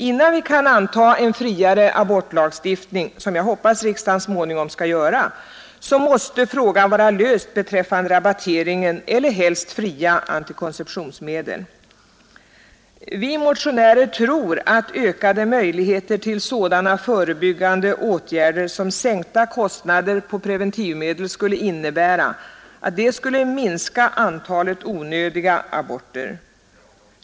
Innan vi kan anta en friare abortlagstiftning — som jag hoppas att riksdagen så småningom skall genomföra — så måste frågan beträffande rabatteringen eller helst fria antikonceptionsmedel vara löst. Vi motionärer tror att ökade möjligheter till sådana förebyggande åtgärder som sänkta kostnader på preventivmedel skulle innebära att antalet onödiga aborter skulle minska.